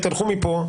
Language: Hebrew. תלכו מפה".